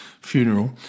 funeral